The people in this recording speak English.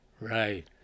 right